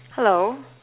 hello